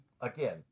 again